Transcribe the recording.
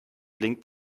blinkt